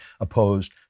opposed